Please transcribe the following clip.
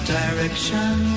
direction